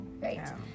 Right